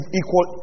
equal